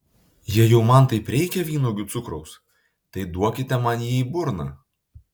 jei jau man taip reikia vynuogių cukraus tai duokite man jį į burną